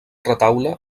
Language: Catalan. retaule